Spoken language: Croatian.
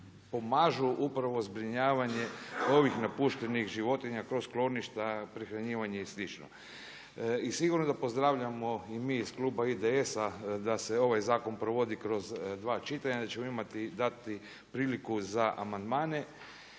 pomažu upravo zbrinjavanje ovih napuštenih životinja kroz skloništa, prehranjivanje i slično. I sigurno da pozdravljamo i mi iz kluba IDS-a da se ovaj zakon provodi kroz dva čitanja jer ćemo imati, dati priliku za amandmane.